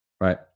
Right